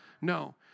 No